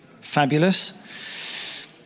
fabulous